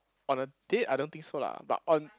on the date I don't think so lah but on